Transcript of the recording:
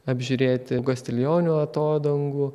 apžiūrėti gastilionių atodangų